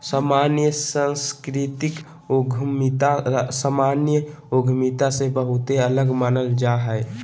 सामान्यत सांस्कृतिक उद्यमिता सामान्य उद्यमिता से बहुते अलग मानल जा हय